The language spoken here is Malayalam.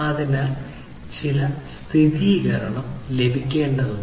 അതിനാൽ ചില സ്ഥിരീകരണം ലഭിക്കേണ്ടതുണ്ട്